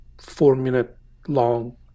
four-minute-long